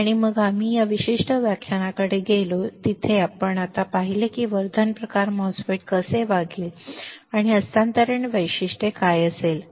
आणि मग आम्ही या विशिष्ट व्याख्यानाकडे गेलो जिथे आता आपण पाहिले आहे की वर्धन प्रकार MOSFET कसे वागेल आणि हस्तांतरण वैशिष्ट्ये काय आहेत